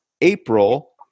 April